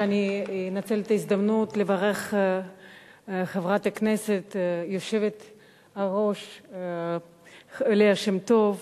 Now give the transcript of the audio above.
שאני אנצל את ההזדמנות לברך את חברת הכנסת היושבת-ראש ליה שמטוב